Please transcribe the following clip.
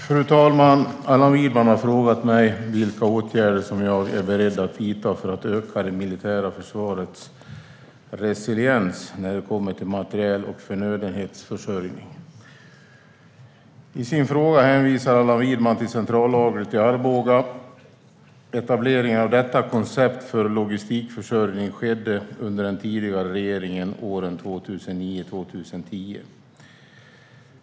Fru talman! Allan Widman har frågat mig vilka åtgärder jag är beredd att vidta för att öka det militära försvarets resiliens när det kommer till materiel och förnödenhetsförsörjning. I sin fråga hänvisar Allan Widman till centrallagret i Arboga. Etableringen av detta koncept för logistikförsörjning skedde åren 2009-2010, under den tidigare regeringen.